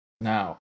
Now